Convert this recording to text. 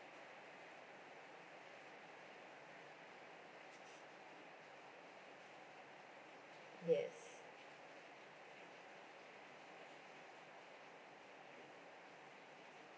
yes